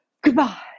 goodbye